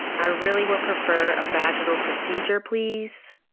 i really would prefer a vaginal procedure please.